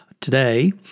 today